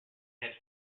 had